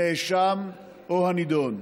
הנאשם או הנידון.